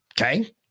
okay